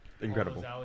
Incredible